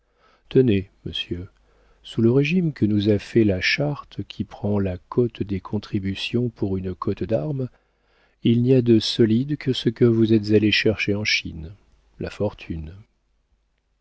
tenez monsieur sous le régime que nous a fait la charte qui prend la cote des contributions pour une cotte d'armes il n'y a de solide que ce que vous êtes allé chercher en chine la fortune